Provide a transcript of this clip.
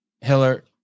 Hiller